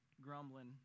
grumbling